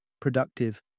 productive